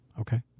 okay